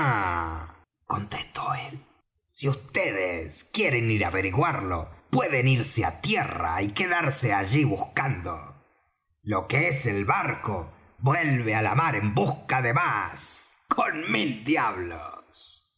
contestó él si vds quieren ir á averiguarlo pueden irse á tierra y quedarse allí buscando lo que es el barco vuelve á la mar en busca de más con mil diablos